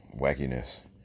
wackiness